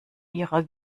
ihrer